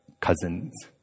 cousins